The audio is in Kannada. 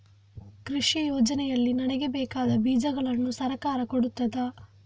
ಕೃಷಿ ಯೋಜನೆಯಲ್ಲಿ ನನಗೆ ಬೇಕಾದ ಬೀಜಗಳನ್ನು ಸರಕಾರ ಕೊಡುತ್ತದಾ?